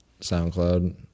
SoundCloud